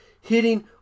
hitting